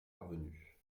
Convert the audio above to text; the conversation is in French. parvenue